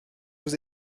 vous